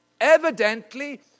evidently